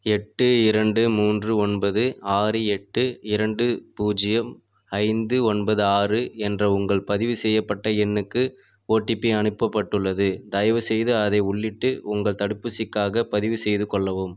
எட்டு இரண்டு மூன்று ஒன்பது ஆறு எட்டு இரண்டு பூஜ்ஜியம் ஐந்து ஒன்பது ஆறு என்ற உங்கள் பதிவு செய்யப்பட்ட எண்ணுக்கு ஓடிபி அனுப்பப்பட்டுள்ளது தயவுசெய்து அதை உள்ளிட்டு உங்கள் தடுப்பூசிக்காகப் பதிவுசெய்து கொள்ளவும்